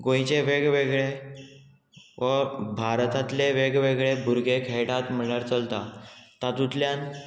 गोंयचे वेगवेगळे व भारतांतले वेगवेगळे भुरगे खेयटात म्हणल्यार चलता तातूंतल्यान